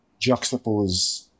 juxtapose